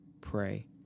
pray